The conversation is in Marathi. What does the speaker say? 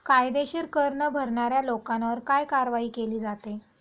कायदेशीर कर न भरणाऱ्या लोकांवर काय कारवाई केली जाते?